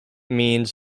means